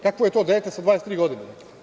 Kakvo je to dete sa 23 godine?